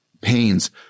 pains